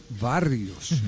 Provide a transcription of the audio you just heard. Barrios